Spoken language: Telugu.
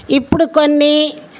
ఇప్పుడు కొన్ని